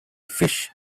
fish